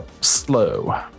slow